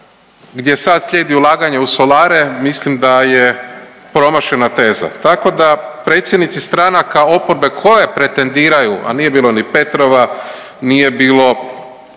gdje sa slijedi ulaganje u solare, mislim da je promašena teza. Tako da predsjednici stranaka oporbe koje pretendiraju, a nije bilo ni Petrova, nije bilo